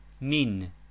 Min